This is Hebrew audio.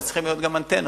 אז צריכות להיות גם אנטנות,